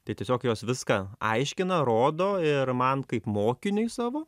tai tiesiog jos viską aiškina rodo ir man kaip mokiniui savo